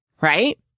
right